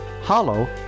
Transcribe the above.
Hollow